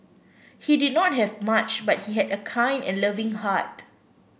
he did not have much but he had a kind and loving heart